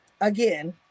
Again